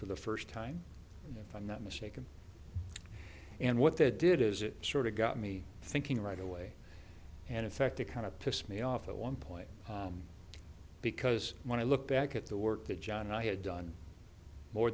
for the first time if i'm not mistaken and what that did is it sort of got me thinking right away and in fact a kind of pissed me off at one point because when i look back at the work that john and i had done more